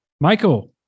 Michael